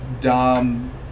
dumb